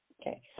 Okay